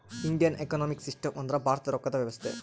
Indian economic system ಅಂದ್ರ ಭಾರತದ ರೊಕ್ಕದ ವ್ಯವಸ್ತೆ